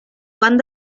quant